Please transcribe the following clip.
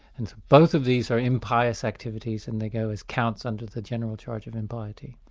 and both of these are impious activities and they go as counts under the general charge of impiety.